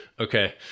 Okay